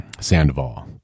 Sandoval